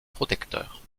protecteurs